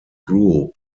group